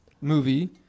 movie